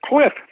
cliff